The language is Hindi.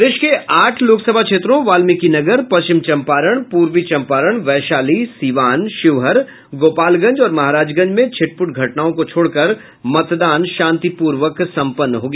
प्रदेश के आठ लोकसभा क्षेत्रों वाल्मीकिनगर पश्चिम चंपारण पूर्वी चंपारण वैशाली सिवान शिवहर गोपालगंज और महाराजगंज में छिटप्रट घटनाओं को छोड़कर मतदान शांतिपूर्वक सम्पन्न हो गया